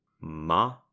Ma